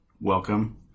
Welcome